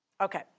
Okay